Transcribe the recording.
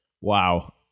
Wow